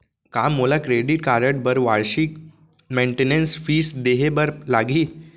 का मोला credit card बर वार्षिक मेंटेनेंस फीस देहे बर लागही?